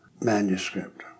manuscript